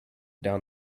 down